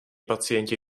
pacienti